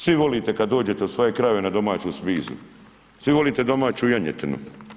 Svi volite kad dođete u svoje krajeve na domaću spizu, svi volite domaću janjetinu.